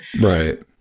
Right